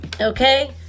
Okay